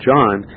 John